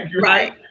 Right